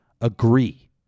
agree